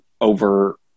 over